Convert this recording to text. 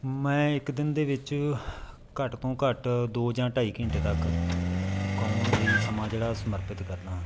ਮੈਂ ਇੱਕ ਦਿਨ ਦੇ ਵਿੱਚ ਘੱਟ ਤੋਂ ਘੱਟ ਦੋ ਜਾਂ ਢਾਈ ਘੰਟੇ ਤੱਕ ਗਾਉਣ ਲਈ ਸਮਾਂ ਜਿਹੜਾ ਸਮਰਪਿਤ ਕਰਦਾਂ